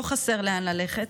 ולא חסר לאן ללכת,